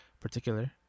particular